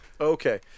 Okay